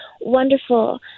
wonderful